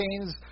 chains